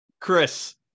Chris